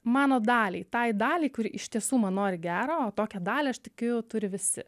mano daliai tai daliai kuri iš tiesų man nori gero o tokią dalį aš tikiu turi visi